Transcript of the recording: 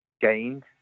gained